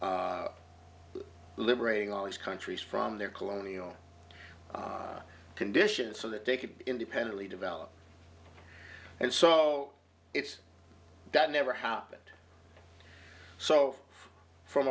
liberating all these countries from their colonial conditions so that they could be independently developed and so it's that never happened so from